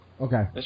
Okay